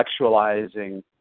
intellectualizing